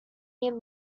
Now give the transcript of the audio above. year